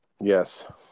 Yes